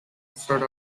referred